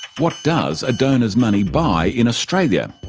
what does a donor's money buy in australia?